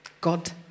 God